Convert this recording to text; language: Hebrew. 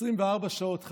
24 שעות.